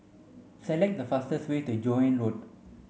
select the fastest way to Joan Road